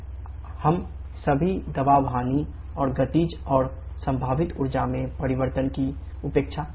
हम सभी दबाव हानि और गतिज और संभावित ऊर्जा में परिवर्तन की उपेक्षा कर सकते हैं